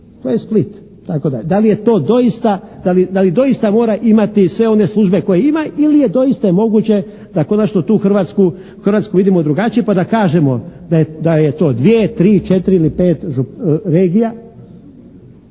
tako dalje. Da li je to doista, da li doista mora imati sve one službe koje ima ili je doista je moguće da konačno tu Hrvatsku vidimo drugačiju pa da kažemo da je to dvije, tri, četiri ili pet regija?